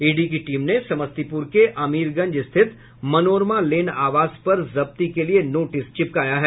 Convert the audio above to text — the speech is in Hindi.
ईडी की टीम ने समस्तीपुर के अमीरगंज स्थित मनोरमा लेन आवास पर जब्ती के लिए नोटिस चिपकाया है